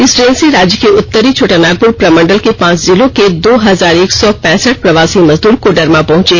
इस ट्रेन से राज्य के उत्तरी छोटानागपुर प्रमंडल के पांच जिलों के दो हजार एक सौा पैंसठ प्रवासी मेजदूर कोडरमा पहुंचे